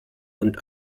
und